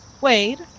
Wade